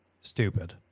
stupid